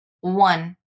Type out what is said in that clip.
one